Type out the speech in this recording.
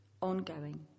ongoing